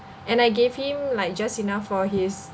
and I gave him like just enough for his